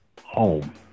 home